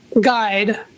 guide